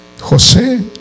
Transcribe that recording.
José